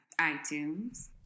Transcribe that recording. iTunes